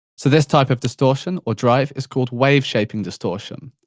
so, this type of distortion or drive, is called wave shaping distortion.